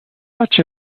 such